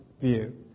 view